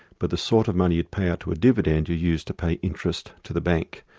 but the sort of money you'd pay out to a dividend you use to pay interest to the bank.